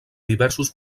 diversos